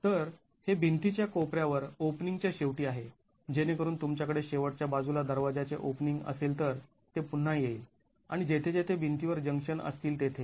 तर हे भिंती च्या कोपर्यावर ओपनिंग च्या शेवटी आहे जेणेकरून तुमच्याकडे शेवटच्या बाजूला दरवाजाचे ओपनिंग असेल तर ते पुन्हा येईल आणि जेथे जेथे भिंतींवर जंक्शन असतील तेथे